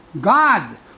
God